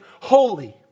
holy